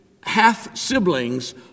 half-siblings